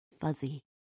fuzzy